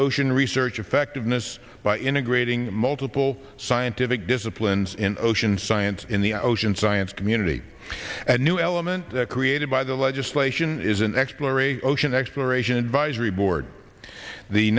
ocean research effectiveness by integrating multiple scientific disciplines in ocean science in the ocean science community a new element created by the legislation is an exploration ocean exploration advisory board the